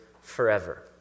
forever